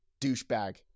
douchebag